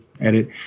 edit